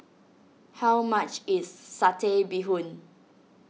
how much is Satay Bee Hoon